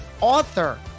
author